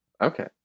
okay